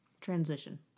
transition